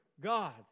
God